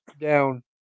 down